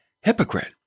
hypocrite